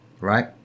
Right